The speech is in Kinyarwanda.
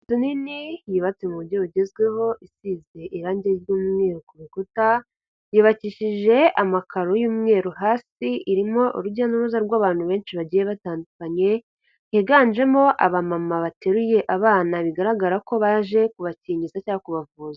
Inzu nini yubatse mu buryo bugezweho isize irangi ry'umweru ku rukuta, yubakishije amakaro y'umweru hasi irimo urujya n'uruza rw'abantu benshi bagiye batandukanye, yiganjemo abamama bateruye abana bigaragara ko baje kubakingiza cyangwa kubavuza.